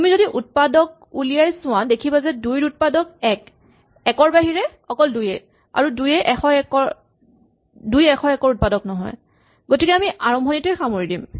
তুমি যদি উৎপাদক উলিয়াই চোৱা দেখিবা যে ২ ৰ উৎপাদক ১ ৰ বাহিৰে অকল ২ য়েই আৰু ২ ১০১ ৰ উৎপাদক নহয় গতিকে আমি আৰম্ভণিতেই সামৰি দিম